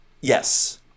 Yes